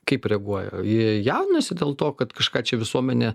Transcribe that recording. kaip reaguoja jie jaudinasi dėl to kad kažką čia visuomenė